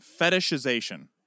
fetishization